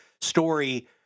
story